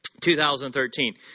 2013